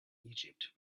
egypt